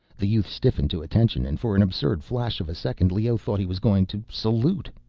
the youth stiffened to attention and for an absurd flash of a second, leoh thought he was going to salute.